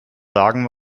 sagen